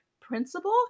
principal